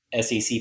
SEC